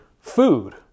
food